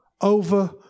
over